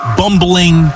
bumbling